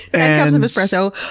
and and of espresso,